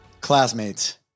Classmates